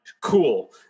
Cool